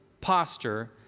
posture